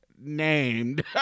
named